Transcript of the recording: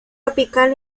apical